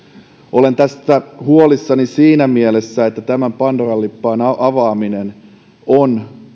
olen tästä huolissani siinä mielessä että tämän pandoran lippaan avaaminen on